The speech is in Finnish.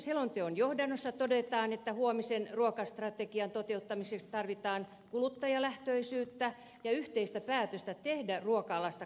selonteon johdannossa todetaan että huomisen ruokastrategian toteuttamiseksi tarvitaan kuluttajalähtöisyyttä ja yhteistä päätöstä tehdä ruoka alasta kasvuala